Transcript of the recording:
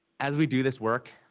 as we do this work,